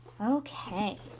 Okay